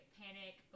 panic